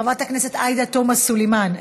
חברת הכנסת עאידה תומא סלימאן,